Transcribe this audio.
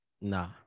Nah